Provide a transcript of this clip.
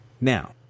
Now